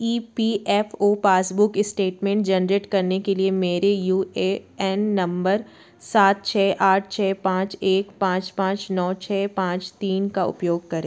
ई P F O passbook statement generate करने के लिए मेरे यू ए एन नम्बर सात छः आठ छः पाँच एक पाँच पाँच नौ छः पाँच तीन का उपयोग करें